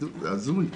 זה הזוי.